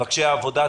מבקשי עבודה,